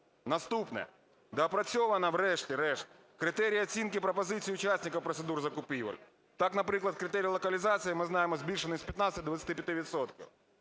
Наступне. Доопрацьовано, врешті-решт, критерії оцінки пропозицій учасників процедур закупівель. Так, наприклад, критерій локалізації, ми знаємо, збільшений з 15